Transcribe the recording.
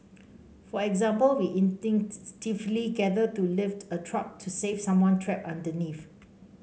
for example we instinctively gather to lift a truck to save someone trapped underneath